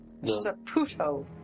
Saputo